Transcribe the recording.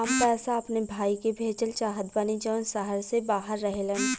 हम पैसा अपने भाई के भेजल चाहत बानी जौन शहर से बाहर रहेलन